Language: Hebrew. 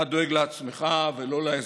אתה דואג לעצמך ולא לאזרחים.